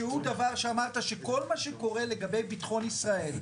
שכל מה שקורה לגבי ביטחון ישראל,